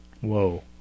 Whoa